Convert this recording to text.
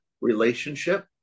relationship